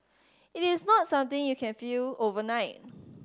it is not something you can feel overnight